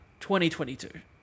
2022